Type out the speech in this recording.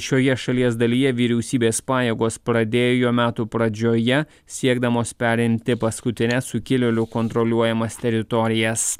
šioje šalies dalyje vyriausybės pajėgos pradėjo metų pradžioje siekdamos perimti paskutines sukilėlių kontroliuojamas teritorijas